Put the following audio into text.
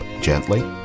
gently